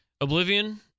Oblivion